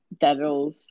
that'll